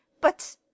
But